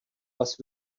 was